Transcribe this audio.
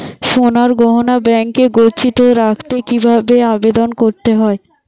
সোনার গহনা ব্যাংকে গচ্ছিত রাখতে কি ভাবে আবেদন করতে হয়?